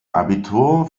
abitur